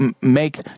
make